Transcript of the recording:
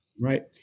right